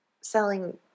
selling